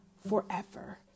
Forever